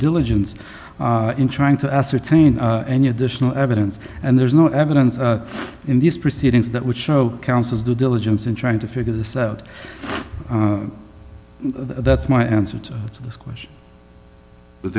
diligence in trying to ascertain any additional evidence and there's no evidence in these proceedings that would show counsel's due diligence in trying to figure this out that's my answer to this question that